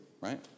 right